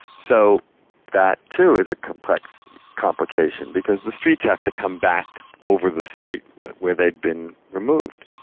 so that too is a complex complication, because the streets have to come back over the site where they've been removed.